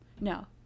No